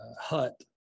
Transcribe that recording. hut